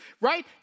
right